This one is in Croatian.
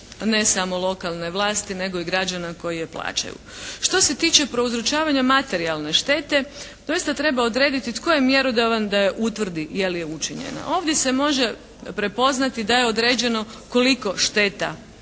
ne samo lokalne vlasti nego i građana koji je plaćaju. Što se tiče prouzročavanja materijalne štete doista treba odrediti tko je mjerodavan da utvrdi je li učinjena. Ovdje se može prepoznati da je određeno koliko šteta